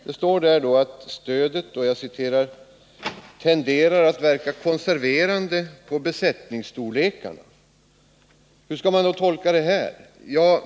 Man skriver att stödet ”tenderar att verka konserverande på besättningsstorlekarna”. Hur skall man tolka detta?